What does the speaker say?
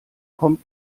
kommt